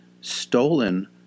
stolen